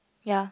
ya